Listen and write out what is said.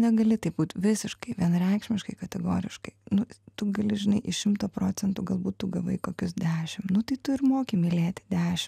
negali taip būti visiškai vienareikšmiškai kategoriškai nu tu gali žinai iš šimto proc galbūt tu gavai kokius dešim nu tai tu ir moki mylėti dešim